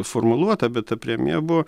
formuluota bet ta premija buvo